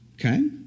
Okay